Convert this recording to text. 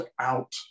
out